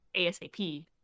ASAP